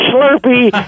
Slurpee